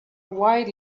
wide